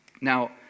Now